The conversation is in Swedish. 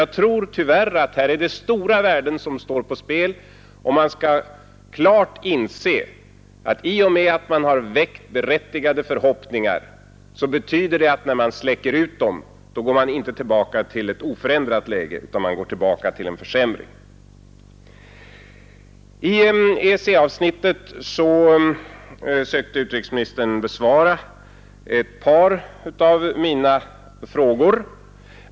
Jag tror alltså att det tyvärr är stora värden som står på spel, och man skall klart inse att man, om man släcker ut berättigade förhoppningar som man tidigare har väckt, inte går tillbaka till ett oförändrat läge utan får en försämring. I EEC-avsnittet försökte utrikesministern besvara ett par av mina frågor.